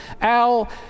Al